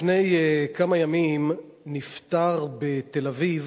לפני כמה ימים נפטר בתל-אביב